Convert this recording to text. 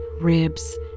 ribs